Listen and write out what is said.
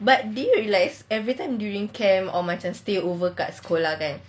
but did you realise everytime during camp or macam stay over kat sekolah kan